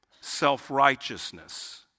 self-righteousness